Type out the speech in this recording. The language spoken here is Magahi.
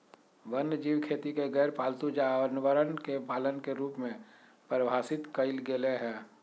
वन्यजीव खेती के गैरपालतू जानवरवन के पालन के रूप में परिभाषित कइल गैले है